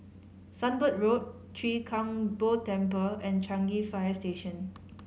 Sunbird Road Chwee Kang Beo Temple and Changi Fire Station